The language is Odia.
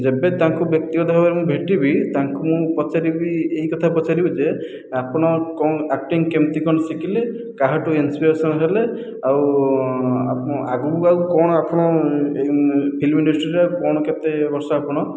ଯେବେ ତାଙ୍କୁ ବ୍ୟକ୍ତିଗତ ଭାବରେ ମୁଁ ଭେଟିବି ତାଙ୍କୁ ମୁଁ ପଚାରିବି ଏହି କଥା ପଚାରିବି ଯେ ଆପଣ କ'ଣ ଆକ୍ଟିଙ୍ଗ କେମିତି କ'ଣ ଶିଖିଲେ କାହାଠୁ ଇନ୍ସପିରେସନ ହେଲେ ଆଉ ଆଗକୁ ଆଉ କ'ଣ ଆପଣ ଫିଲ୍ମ ଇଣ୍ଡଷ୍ଟ୍ରିରେ କ'ଣ କେତେ ବର୍ଷ ଆପଣ